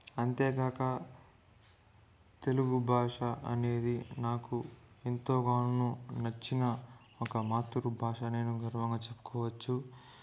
అంతేకాక తెలుగు భాష అనేది నాకు ఎంతగానో నచ్చిన ఒక మాతృభాష నేను గర్వంగా చెప్పుకోవచ్చు